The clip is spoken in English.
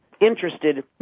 interested